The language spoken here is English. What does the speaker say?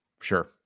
Sure